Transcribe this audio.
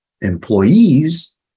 Employees